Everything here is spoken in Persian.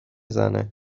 زنه